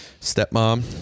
stepmom